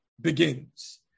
begins